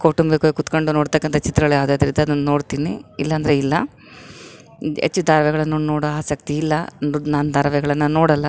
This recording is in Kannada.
ಕೌಟುಂಬಿಕವಾಗಿ ಕುತ್ಕೊಂಡು ನೋಡ್ತಕ್ಕಂಥ ಚಿತ್ರಗಳು ಯಾವುದಾದ್ರು ಇದ್ರೇ ಅದನ್ನು ನೋಡ್ತೀನಿ ಇಲ್ಲಾಂದರೆ ಇಲ್ಲ ಹೆಚ್ಚು ಧಾರಾವಾಹಿಗಳ್ನ ನೋಡೋ ಆಸಕ್ತಿ ಇಲ್ಲ ನಾನು ಧಾರವಾಹಿಗಳ್ನ ನೋಡೋಲ್ಲ